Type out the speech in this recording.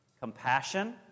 Compassion